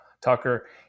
Tucker